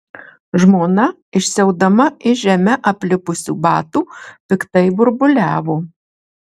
žmona išsiaudama iš žeme aplipusių batų piktai burbuliavo